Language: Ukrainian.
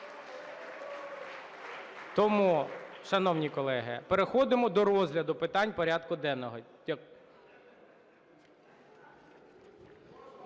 Тому, шановні колеги, переходимо до розгляду питань порядку денного.